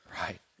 Right